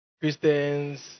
christians